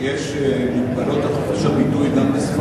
יש מגבלות על חופש הביטוי גם בספרים.